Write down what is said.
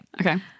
okay